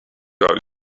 out